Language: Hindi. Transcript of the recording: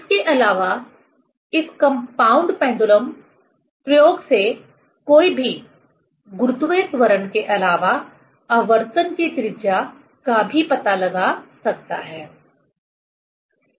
इसके अलावा इस कंपाउंड पेंडुलम प्रयोग से कोई भी गुरुत्वीय त्वरण के अलावा आवर्तन की त्रिज्या का भी पता लगा सकता है